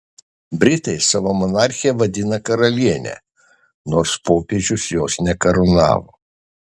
britai savo monarchę vadina karaliene nors popiežius jos nekarūnavo